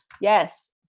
yes